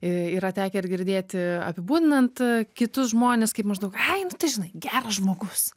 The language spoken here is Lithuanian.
yra tekę ir girdėti apibūdinant kitus žmones kaip maždaug ai nu tai žinai geras žmogus